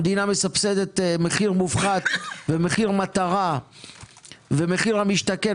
המדינה מסבסדת מחיר מופחת ומחיר מטרה ומחיר למשתכן,